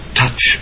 touch